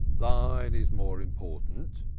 thine is more important,